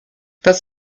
das